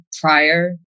prior